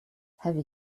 heavy